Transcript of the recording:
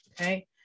okay